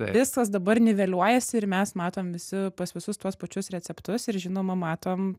viskas dabar niveliuojasi ir mes matom visi pas visus tuos pačius receptus ir žinoma matom